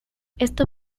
esto